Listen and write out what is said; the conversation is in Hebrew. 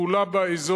19א. תחולה באזור.